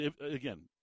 Again